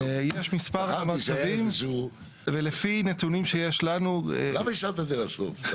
זכרתי שאיפשהו, למה השארת את זה לסוף?